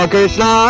Krishna